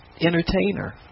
entertainer